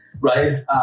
Right